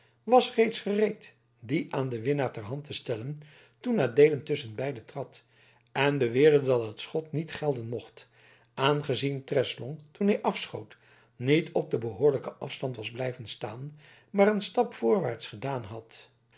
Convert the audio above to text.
was reeds gereed dien aan den winnaar ter hand te stellen toen adeelen tusschenbeide trad en beweerde dat het schot niet gelden mocht aangezien treslong toen hij afschoot niet op den behoorlijken afstand was blijven staan maar een stap voorwaarts gedaan had